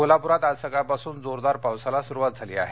कोल्हापुरात आज सकाळपासून जोरदार पावसाला सुरुवात झाली आहे